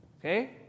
okay